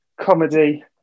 comedy